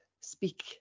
speak